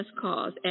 cause